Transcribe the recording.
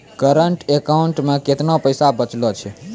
Current account मे केतना पैसा बचलो छै?